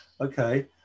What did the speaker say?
okay